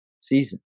season